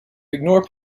ignore